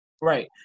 Right